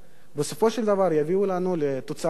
בסופו של דבר יביאו לנו תוצאה חיובית,